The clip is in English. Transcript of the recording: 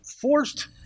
forced